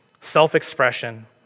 self-expression